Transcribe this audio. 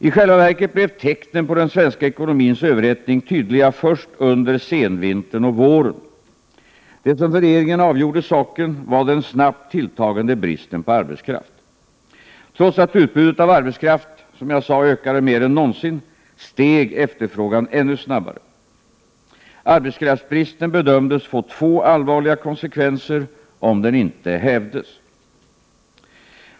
I själva verket blev tecknen på den svenska ekonomins överhettning tydliga först under senvintern och våren. Det som för regeringen avgjorde saken var den snabbt tilltagande bristen på arbetskraft. Trots att utbudet av arbetskraft, som jag sade, ökade mer än någonsin steg efterfrågan ännu snabbare. Arbetskraftsbristen bedömdes få två allvarliga konsekvenser, om den inte hävdes.